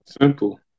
Simple